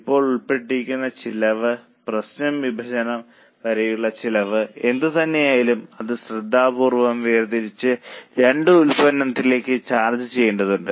ഇപ്പോൾ ഉൾപ്പെട്ടിരിക്കുന്ന ചിലവ് പ്രശ്നം വിഭജനം വരെയുള്ള ചെലവ് എന്തുതന്നെയായാലും അത് ശ്രദ്ധാപൂർവ്വം വേർതിരിച്ച് രണ്ട് ഉൽപ്പന്നങ്ങളിലേക്ക് ചാർജ് ചെയ്യേണ്ടതുണ്ട്